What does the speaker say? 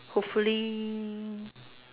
hopefully